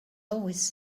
always